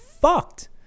fucked